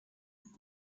ist